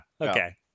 okay